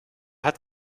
hat